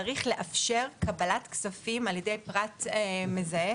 צריך לאפשר קבלת כספים על ידי פרט מזהה,